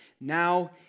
Now